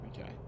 okay